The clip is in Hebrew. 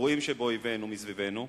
הגרועים שבאויבינו מסביבנו,